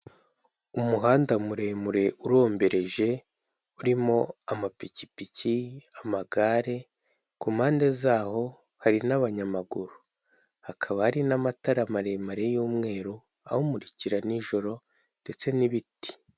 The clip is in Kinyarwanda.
Umuhanda muremure urombereje urimo ama pikipiki, amagare kumpande zawo hari n'abanyamaguru. Hakaba hari n'amatara maremare y'umweru abamurikira n'injoro ndetse n'ibiti.